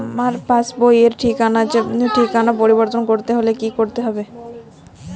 আমার পাসবই র ঠিকানা পরিবর্তন করতে হলে কী করতে হবে?